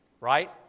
right